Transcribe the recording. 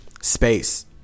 space